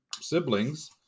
siblings